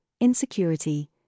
insecurity